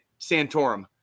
Santorum